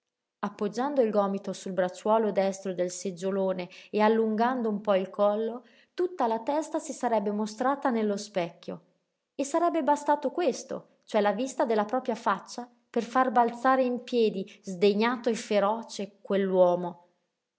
appoggiando il gomito sul bracciuolo destro del seggiolone e allungando un po il collo tutta la testa si sarebbe mostrata nello specchio e sarebbe bastato questo cioè la vista della propria faccia per far balzare in piedi sdegnato e feroce